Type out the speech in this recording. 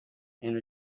and